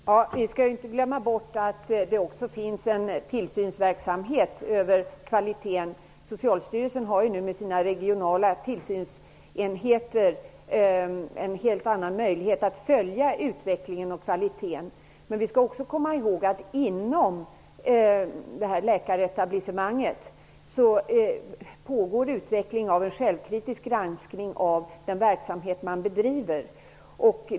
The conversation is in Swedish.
Herr talman! Vi skall inte glömma bort att det också finns en tillsynsverksamhet för kvaliteten. Socialstyrelsen har med sina regionala tillsynsenheter nu en helt annan möjlighet att följa utvecklingen av kvaliteten. Vi skall också komma ihåg att det inom läkaretablissemanget pågår utveckling av en självkritisk granskning av den verksamhet som bedrivs.